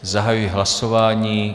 Zahajuji hlasování.